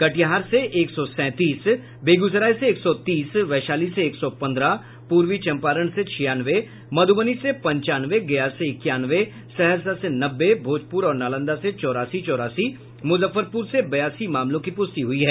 कटिहार से एक सौ सैंतीस बेगूसराय से एक सौ तीस वैशाली से एक सौ पन्द्रह पूर्वी चंपारण से छियानवे मधुबनी से पंचानवे गया से इक्यानवे सहरसा से नब्बे भोजपुर और नालंदा से चौरासी चौरासी मुजफ्फरपुर से बयासी मामलों की पुष्टि हुई है